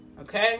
okay